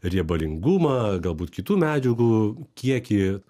riebalingumą galbūt kitų medžiagų kiekį